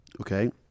okay